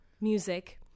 music